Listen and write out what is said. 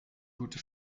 gute